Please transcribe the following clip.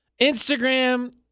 Instagram